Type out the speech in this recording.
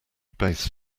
base